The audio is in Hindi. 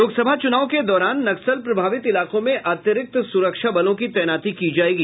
लोकसभा चुनाव के दौरान नक्सल प्रभावित इलाकों में अतिरिक्त सुरक्षा बलों की तैनाती की जायेगी